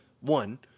One